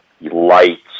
lights